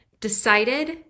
decided